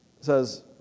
says